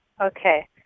okay